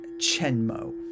Chenmo